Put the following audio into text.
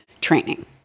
training